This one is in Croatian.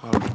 Hvala.